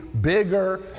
bigger